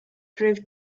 drift